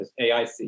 AIC